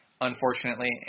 unfortunately